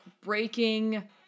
breaking